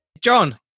John